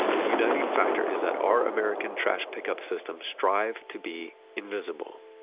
the uniting factor is that our american trash pickup systems strive to be invisible.